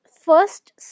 First